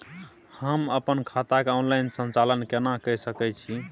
हम अपन खाता के ऑनलाइन संचालन केना के सकै छी?